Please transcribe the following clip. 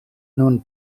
nun